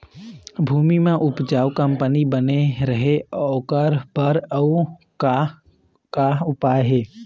भूमि म उपजाऊ कंपनी बने रहे ओकर बर अउ का का उपाय हे?